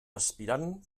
aspirant